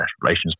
relations